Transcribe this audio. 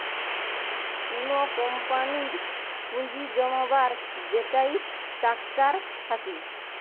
কুনো কোম্পানির পুঁজি জমাবার যেইটা স্ট্রাকচার থাকে